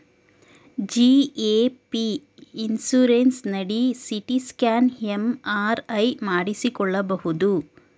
GAP insurance ನಡಿ CT scan, MRI ಮಾಡಿಸಿಕೊಳ್ಳಬಹುದು